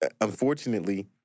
unfortunately